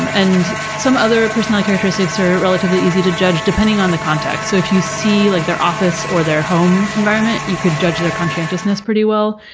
um and some other personality characteristics are relatively easy to judge, depending on the context. so if you see like their office, or their home environment, you could judge their conscientiousness pretty well,